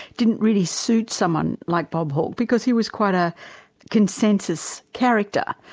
didn't really suit someone like bob hawke, because he was quite a consensus character,